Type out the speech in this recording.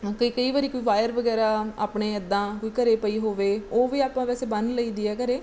ਕਈ ਕਈ ਵਾਰੀ ਕੋਈ ਵਾਇਰ ਵਗੈਰਾ ਆਪਣੇ ਇੱਦਾਂ ਕੋਈ ਘਰ ਪਈ ਹੋਵੇ ਉਹ ਵੀ ਆਪਾਂ ਵੈਸੇ ਬੰਨ੍ਹ ਲਈ ਦੀ ਆ ਘਰੇ